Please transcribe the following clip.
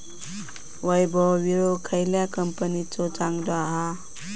वैभव विळो खयल्या कंपनीचो चांगलो हा?